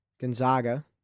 Gonzaga